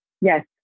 Yes